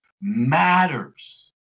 matters